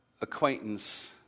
acquaintance